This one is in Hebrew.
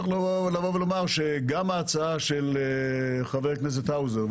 צריך לומר שגם ההצעה של חבר הכנסת האוזר,